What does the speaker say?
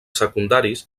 secundaris